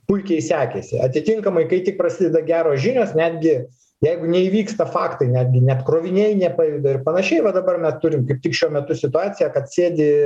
puikiai sekėsi atitinkamai kai tik prasideda geros žinios netgi jeigu neįvyksta faktai netgi net kroviniai nepajuda ir panašiai va dabar me turim kaip tik šiuo metu situaciją kad sėdi